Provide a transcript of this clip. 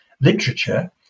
literature